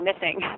missing